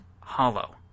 hollow